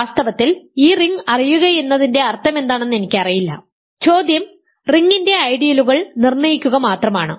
വാസ്തവത്തിൽ ഈ റിംഗ് അറിയുകയെന്നതിന്റെ അർത്ഥമെന്താണെന്ന് എനിക്കറിയില്ല ചോദ്യം റിംഗിന്റെ ഐഡിയലുകൾ നിർണ്ണയിക്കുക മാത്രമാണ്